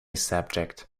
subject